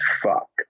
fuck